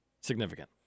Significant